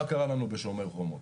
מה קרה לנו ב"שומר חומות"?